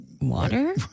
water